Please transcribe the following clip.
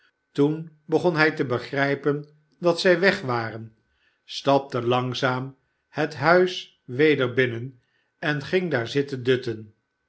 toen begon hij te begrijpen dat zij weg waren stapte langzaam het huis weder binnen en ging daar zitten dutten